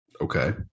okay